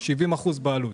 70% בעלות.